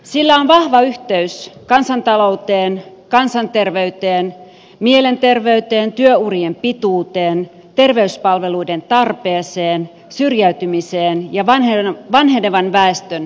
sillä on vahva yhteys kansantalouteen kansanterveyteen mielenterveyteen työurien pituuteen terveyspalveluiden tarpeeseen syrjäytymiseen ja vanhenevan väestön toimintakykyyn